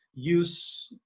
use